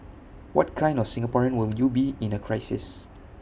what kind of Singaporean will you be in A crisis